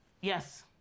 yes